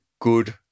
good